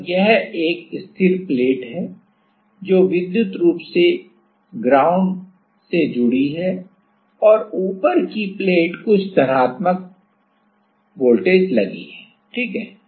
और यह एक स्थिर प्लेट है जो विद्युत रूप से ग्राउंड से जुड़ी है और ऊपर की प्लेट कुछ धनात्मक वोल्टेज लगी है ठीक है